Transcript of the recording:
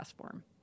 form